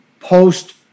Post